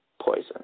Poison